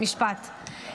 משפט.